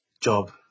job